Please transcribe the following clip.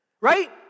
Right